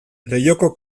leihoko